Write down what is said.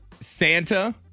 Santa